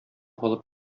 алып